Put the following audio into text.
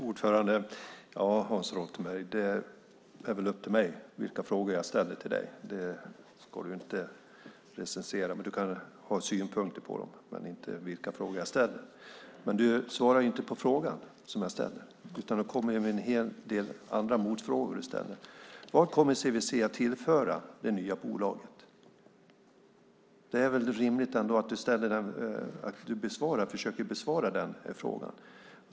Fru talman! Hans Rothenberg, det är väl upp till mig vilka frågor jag ställer till dig. Det ska du inte recensera. Du kan ha synpunkter i frågorna men inte på vilka frågor jag ställer. Du svarade inte på frågan som jag ställde utan kom i stället med en hel del motfrågor. Vad kommer CVC att tillföra det nya bolaget? Det är väl ändå rimligt att du försöker besvara frågan.